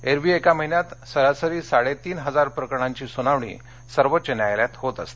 एरवी एका महिन्यात सरासरी साडेतीन इजार प्रकरणांची सुनावणी सर्वोच्च न्यायालयात होत असते